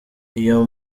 iyo